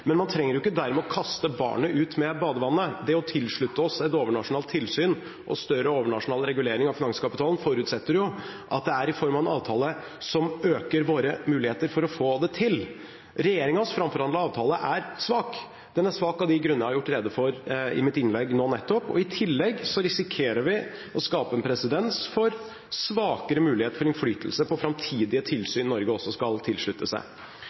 Men man trenger ikke dermed å kaste barnet ut med badevannet. Det å tilslutte oss et overnasjonalt tilsyn og større overnasjonal regulering av finanskapitalen forutsetter jo at det er i form av en avtale som øker våre muligheter for å få det til. Regjeringens framforhandlede avtale er svak. Den er svak av de grunner jeg har gjort rede for i mitt innlegg nå nettopp, og i tillegg risikerer vi å skape presedens for svakere mulighet for innflytelse på framtidige tilsyn Norge også skal tilslutte seg.